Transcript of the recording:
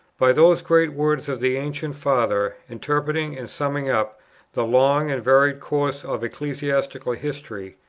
by those great words of the ancient father, interpreting and summing up the long and varied course of ecclesiastical history,